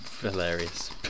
Hilarious